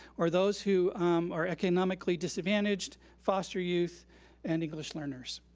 or those who are economically disadvantaged, foster youth and english learners.